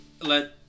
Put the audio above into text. let